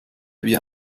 wie